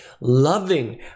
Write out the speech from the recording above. loving